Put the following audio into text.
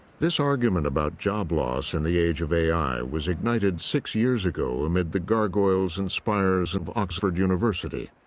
this argument about job loss in the age of a i. was ignited six years ago amid the gargoyles and spires of oxford university.